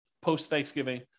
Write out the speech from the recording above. post-Thanksgiving